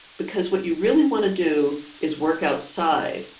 because what you really want to do is work outside.